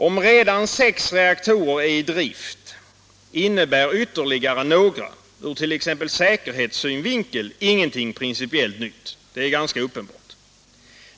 Om redan sex reaktorer är i drift innebär ytterligare några ur t.ex. säkerhetssynvinkel ingenting principiellt nytt, det är ganska uppenbart.